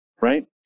right